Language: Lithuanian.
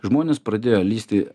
žmonės pradėjo lįsti